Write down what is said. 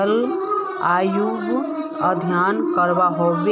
जलवायु अध्यन करवा होबे बे?